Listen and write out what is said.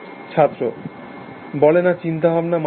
ছাত্রবলে না চিন্তা ভাবনা মানে কি